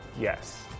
Yes